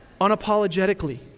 Unapologetically